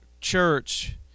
church